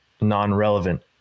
non-relevant